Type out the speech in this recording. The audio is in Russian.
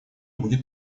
будет